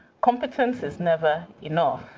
competence is never enough.